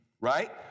right